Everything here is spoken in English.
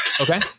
Okay